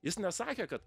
jis nesakė kad